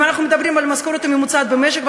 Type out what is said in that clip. אם אנחנו מדברים על המשכורת הממוצעת במשק,